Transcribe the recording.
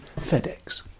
FedEx